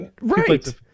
right